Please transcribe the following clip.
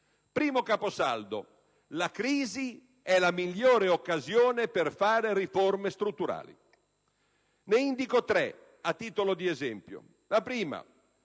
Primo caposaldo: la crisi è la migliore occasione per fare riforme strutturali. Ne indico tre, a titolo di esempio.